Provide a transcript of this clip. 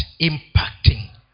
impacting